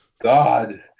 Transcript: god